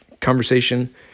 conversation